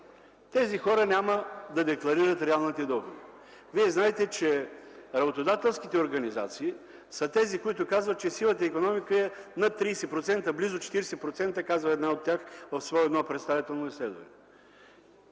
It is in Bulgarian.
Тези хора няма да декларират реалните доходи. Вие знаете, че работодателските организации са тези, които казват, че сивата икономика е над 30%, близо 40% – казва една от тях в свое представително изследване.